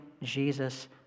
Jesus